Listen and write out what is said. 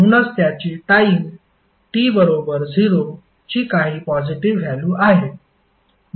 म्हणूनच त्याची time t बरोबर 0 ची काही पॉजिटीव्ह व्हॅल्यु आहे